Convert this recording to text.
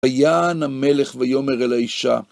ויען המלך ויאמר אל האשה